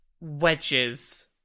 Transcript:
wedges